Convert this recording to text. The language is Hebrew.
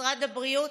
משרד הבריאות,